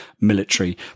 military